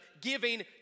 giving